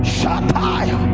Shataya